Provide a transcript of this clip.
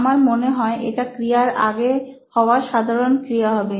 আমার মনে হয় এটা ক্রিয়ার আগে হওয়া সাধারণ ক্রিয়া হবে